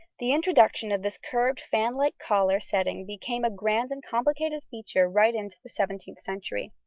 the introduction of this curved fanlike collar setting became a grand and complicated feature right into the seventeenth century.